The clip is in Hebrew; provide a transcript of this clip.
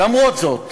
למרות זאת